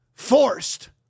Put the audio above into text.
Forced